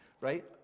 right